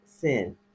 sin